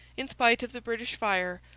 in spite of the british fire,